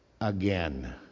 again